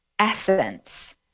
essence